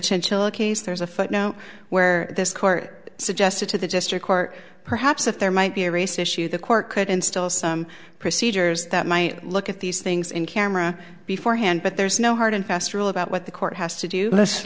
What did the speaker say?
chinchilla case there's a fight now where this court suggested to the district court perhaps if there might be a race issue the court could install some procedures that might look at these things in camera before hand but there's no hard and fast rule about what the court has to do l